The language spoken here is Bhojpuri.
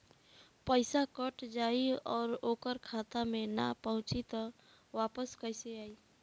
पईसा कट जाई और ओकर खाता मे ना पहुंची त वापस कैसे आई?